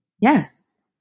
Yes